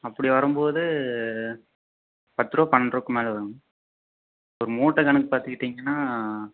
அப்படி வரும்போது பத்து ரூபா பன்னெண்டு ரூபாக்கு மேல் வருங்க ஒரு மூட்டை கணக்கு பார்த்துக்கிட்டிங்கன்னா